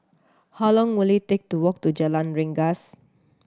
how long will it take to walk to Jalan Rengas